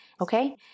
okay